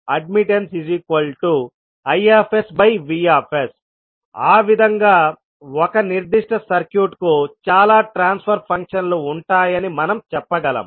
HsAdmittanceIV ఆ విధంగా ఒక నిర్దిష్ట సర్క్యూట్ కు చాలా ట్రాన్స్ఫర్ ఫంక్షన్ లు ఉంటాయని మనం చెప్పగలం